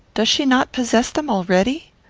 does she not possess them already?